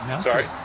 Sorry